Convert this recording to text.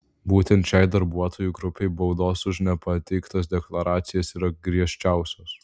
būtent šiai darbuotojų grupei baudos už nepateiktas deklaracijas yra griežčiausios